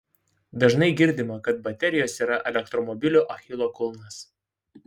dažnai girdima kad baterijos yra elektromobilių achilo kulnas